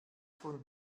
von